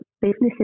businesses